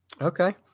Okay